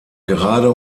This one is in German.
gerade